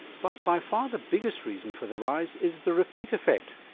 but by far the biggest reason for the rise is the repeat effect,